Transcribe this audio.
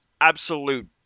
absolute